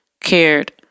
cared